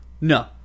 No